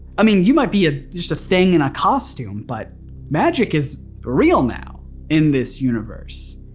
i mean you might be ah just a thing in a costume but magic is real now in this universe,